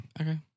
Okay